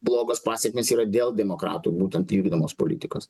blogos pasekmės yra dėl demokratų būtent vykdomos politikos